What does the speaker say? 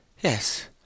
yes